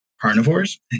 carnivores